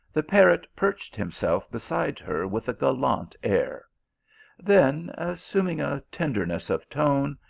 the parrot perched himself beside her with a gallant air then assuming a tenderness of tone,